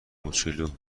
موچولو